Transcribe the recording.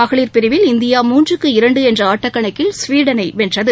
மகளிர் பிரிவில் இந்தியா மூன்றுக்கு இரண்டு என்ற ஆட்டக்கணக்கில் ஸ்வீடனை வென்றது